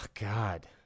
god